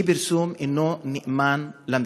אי-פרסום אינו נאמן למציאות.